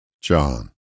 John